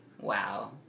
Wow